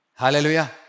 Hallelujah